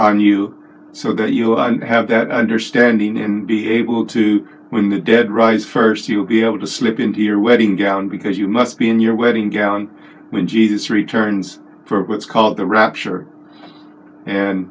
knew so that you have that understanding and be able to when the dead rise first you'll be able to slip into your wedding gown because you must be in your wedding gown when jesus returns for what's called the rapture and